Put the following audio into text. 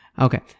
okay